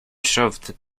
shoved